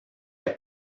est